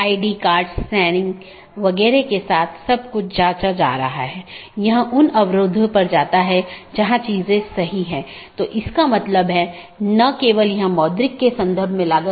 OSPF और RIP का उपयोग AS के माध्यम से सूचना ले जाने के लिए किया जाता है अन्यथा पैकेट को कैसे अग्रेषित किया जाएगा